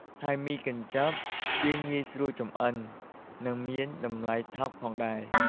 ហើយមីកញ្ចប់ វាងាយស្រួលចម្អិន និងមានតម្លៃថោកផងដែរ។